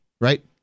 right